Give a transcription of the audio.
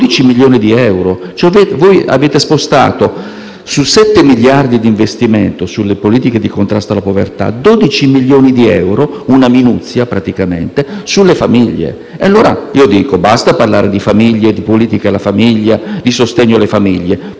12 milioni di euro. Avete spostato, su 7 miliardi di investimento per le politiche di contrasto alla povertà, 12 milioni di euro (praticamente una minuzia) sulle famiglie. Allora vi dico: basta parlare di famiglie, di politica per la famiglia e di sostegno alle famiglie.